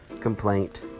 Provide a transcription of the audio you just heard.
complaint